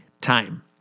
time